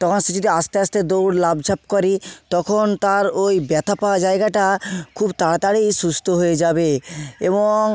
তখন সে যদি আসতে আসতে দৌড় লাফ ঝাঁপ করে তখন তার ওই ব্যথা পাওয়া জায়গাটা খুব তাড়াতাড়ি সুস্থ হয়ে যাবে এবং